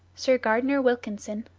sir gardner wilkinson,